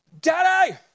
Daddy